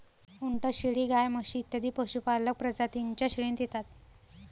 उंट, शेळी, गाय, म्हशी इत्यादी पशुपालक प्रजातीं च्या श्रेणीत येतात